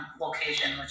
location